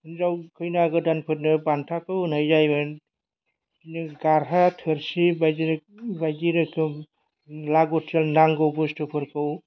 हिनजाव खैना गोदानफोरनो बान्थाखौ होनाय जायोमोन बिदिनो गारहा थोरसि बायदि रोखोम बायदि रोखोम लाबोथों नांगौ बुस्तुफोरखौ